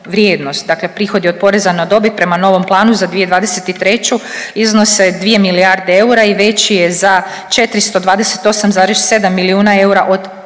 Dakle, prihodi od poreza na dobit prema novom planu za 2023. iznose 2 milijarde eura i veći je za 428,7 milijuna eura od